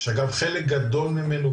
שגם חלק גדול ממנו,